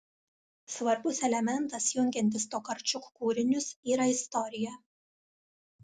svarbus elementas jungiantis tokarčuk kūrinius yra istorija